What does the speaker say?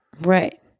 Right